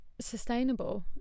sustainable